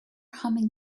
humming